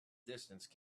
distance